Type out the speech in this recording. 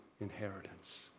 inheritance